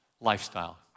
lifestyle